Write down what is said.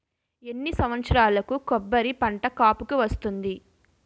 ఎన్ని సంవత్సరాలకు కొబ్బరి పంట కాపుకి వస్తుంది?